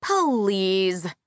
Please